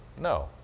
No